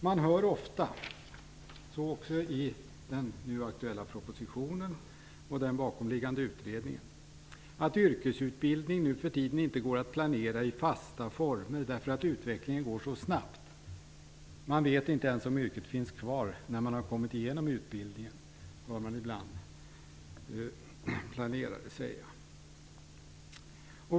Man hör ofta - så också i den aktuella propositionen och i den bakomliggande utredningen - att yrkesutbildning nu för tiden inte går att planera i fasta former därför att utvecklingen går så snabbt. Man vet inte ens om yrket finns kvar när man har kommit igenom utbildningen, hör man ibland planerare säga.